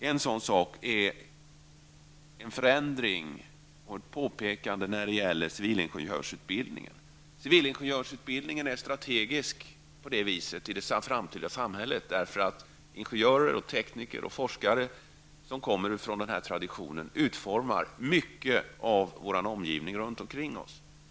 En sådan sak är förändring av civilingenjörsutbildningen. Civilingenjörsutbildningen är strategisk för det framtida samhället, eftersom ingenjörer, tekniker och forskare som har denna utbildning som bakgrund utformar en stor del av vår omgivning runt om kring oss.